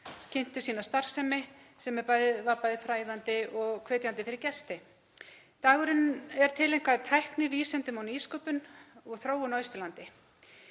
kynntu sína starfsemi, sem var bæði fræðandi og hvetjandi fyrir gesti. Dagurinn er tileinkaður tækni, vísindum og nýsköpun og þróun á Austurlandi.